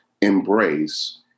embrace